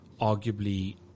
arguably